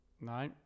No